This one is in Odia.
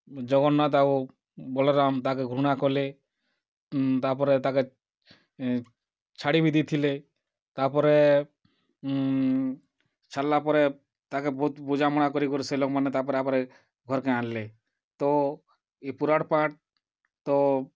ଜଗନ୍ନାଥ୍ ଆଉ ବଲରାମ୍ ତା''କେ ଘୃଣା କଲେ ତା'ର୍ପରେ ତା'କେ ଛାଡ଼ି ବି ଦେଇଥିଲେ ତା'ର୍ପରେ ଛାଡ଼୍ଲା ପରେ ତା'କେ ବହୁତ୍ ବୁଝାବଣା କରି କରି ସେ ଲୋକ୍ମାନେ ତା'ର୍ପରେ ଏହାପରେ ଘର୍ କେ ଆଣ୍ଲେ ତ ଇ ପୁରାଣ୍ ପାଠ୍ ତ